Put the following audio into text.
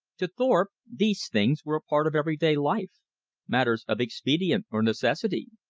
to thorpe these things were a part of everyday life matters of expedient or necessity.